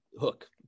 hook